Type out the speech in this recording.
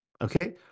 okay